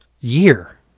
year